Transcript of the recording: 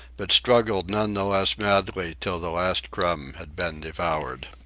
but struggled none the less madly till the last crumb had been devoured.